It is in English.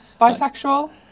Bisexual